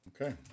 Okay